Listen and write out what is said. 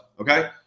okay